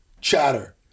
chatter